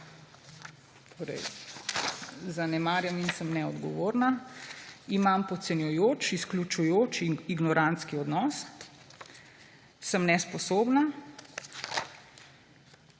zanemarjam in sem neodgovorna. Imam podcenjujoč, izključujoč in ignorantski odnos, sem nesposobna.